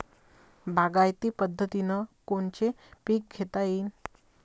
बागायती पद्धतीनं कोनचे पीक घेता येईन?